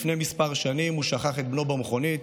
לפני כמה שנים הוא שכח את בנו במכונית,